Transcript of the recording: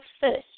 first